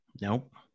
nope